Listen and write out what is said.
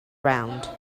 round